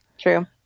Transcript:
true